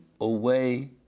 away